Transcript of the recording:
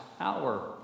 hour